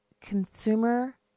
Consumer